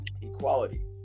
equality